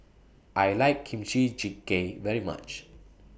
I like Kimchi Jjigae very much